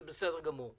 זה בסדר גמור.